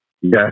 Yes